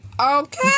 okay